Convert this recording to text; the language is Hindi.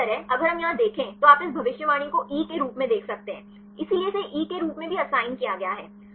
इसी तरह अगर हम यहां देखें तो आप इस भविष्यवाणी को E के रूप में देख सकते हैं इसलिए इसे E के रूप में भी असाइन किया गया है